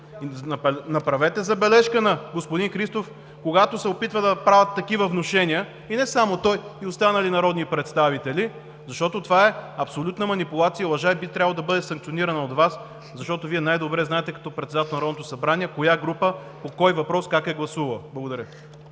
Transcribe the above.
направете забележка на господин Христов, когато се опитват да правят такива внушения, и не само той, а и останалите народни представители, защото това е абсолютна манипулация и би трябвало да бъде санкционирана от Вас, защото Вие най-добре знаете като председател на Народното събрание коя група по кой въпрос как е гласувала. Благодаря.